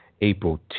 April